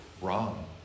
wrong